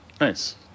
Nice